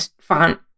font